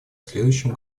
следующем